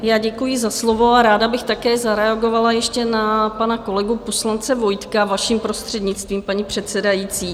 Já děkuji za slovo a ráda bych také zareagovala ještě na pana kolegu poslance Vojtka, vaším prostřednictvím, paní předsedající.